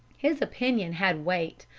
his opinion had weight,